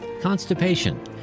constipation